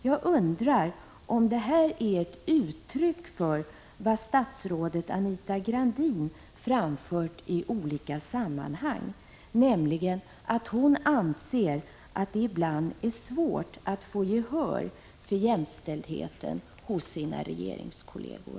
Jag undrar om det är ett uttryck för det som statsrådet Anita Gradin framfört Prot. 1985/86:146 i olika sammanhang, nämligen att det enligt hennes mening ibland är svårt att 21 maj 1986 få gehör för jämställdheten hos hennes regeringskolleger.